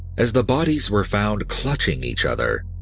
as the bodies were found clutching each other,